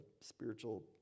spiritual